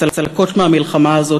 הצלקות מהמלחמה הזאת